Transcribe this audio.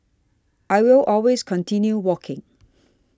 I will always continue walking